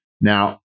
now